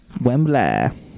Wembley